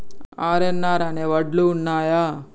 RNR అనే వడ్లు ఉన్నయా?